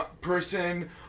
person